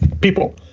people